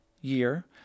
year